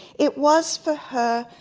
it was, for her,